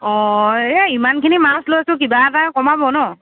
অ এই ইমানখিনি মাছ লৈছোঁ কিবা এটা কমাব ন'